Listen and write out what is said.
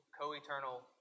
co-eternal